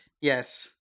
Yes